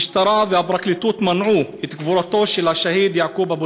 המשטרה והפרקליטות מנעו את קבורתו של השהיד יעקוב מוסא